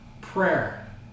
Prayer